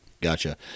Gotcha